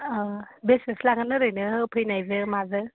अ बेसेसो लागोन ओरैनो होफैनायजों माजों